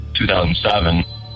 2007